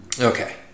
Okay